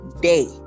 day